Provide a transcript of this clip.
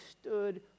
stood